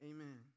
Amen